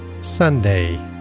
Sunday